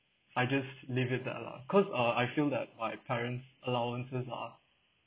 I just leave it there lah cause uh I feel that my parent's allowances are